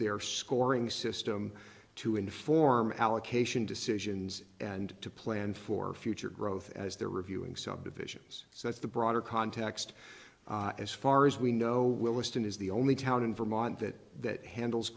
their scoring system to inform allocation decisions and to plan for future growth as they're reviewing subdivisions so that's the broader context as far as we know williston is the only town in vermont that that handles